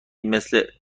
مثل